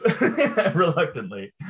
reluctantly